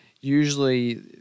Usually